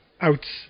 out